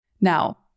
Now